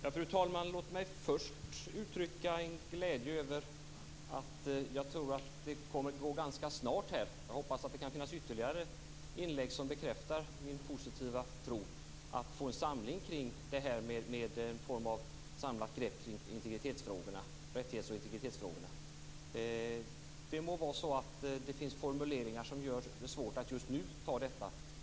Fru talman! Låt mig först uttrycka en glädje över att jag tror att det ganska snart kommer att gå - jag hoppas att det kan komma ytterligare inlägg som bekräftar min positiva tro - att få en samling kring det här med en form av samlat grepp kring rättighets och integritetsfrågorna. Det må vara att det finns formuleringar som gör det svårt just nu anta detta.